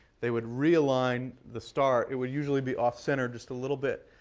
they would realign the star. it would usually be off center, just a little bit.